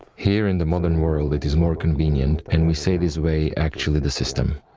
here in the modern world it is more convenient, and we say this way, actually the system.